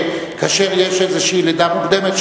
כאשר יש לידה מוקדמת,